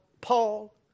Paul